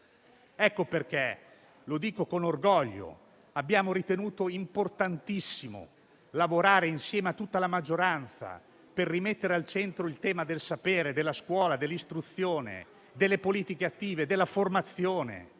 Ecco perché - lo dico con orgoglio - abbiamo ritenuto importantissimo lavorare, insieme a tutta la maggioranza, per rimettere al centro il tema del sapere, della scuola, dell'istruzione, delle politiche attive, della formazione.